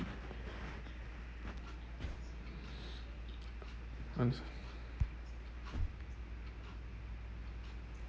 I'm sorry